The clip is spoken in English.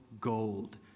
gold